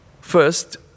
First